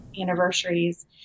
anniversaries